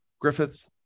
Griffith